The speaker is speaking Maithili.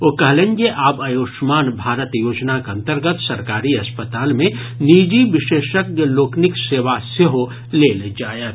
ओ कहलनि जे आब आयुष्मान भारत योजनाक अंतर्गत सरकारी अस्पताल मे निजी विशेषज्ञ चिकित्सकक सेवा सेहो लेल जायत